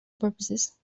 purposes